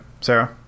Sarah